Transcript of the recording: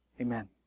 Amen